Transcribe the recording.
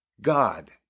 God